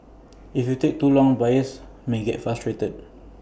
if you take too long buyers may get frustrated